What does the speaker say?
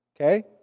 Okay